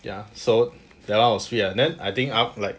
ya so then I was free ah then I think ah like